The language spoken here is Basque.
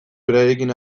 berarekin